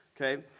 Okay